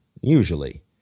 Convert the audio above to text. usually